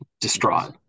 Distraught